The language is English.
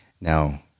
Now